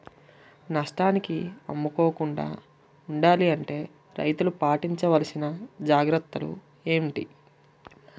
నష్టానికి అమ్ముకోకుండా ఉండాలి అంటే రైతులు పాటించవలిసిన జాగ్రత్తలు ఏంటి